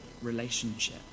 relationship